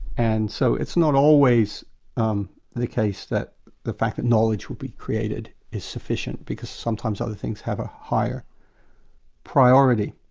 and so it's not always um the case that the fact that knowledge will be created is sufficient, because sometimes other things have a higher priority.